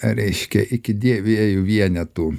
reiškia iki dviejų vienetų